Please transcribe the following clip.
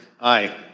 Aye